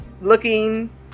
looking